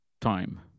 time